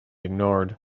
ignored